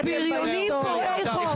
אתם --- כבריונים פורעי חוק,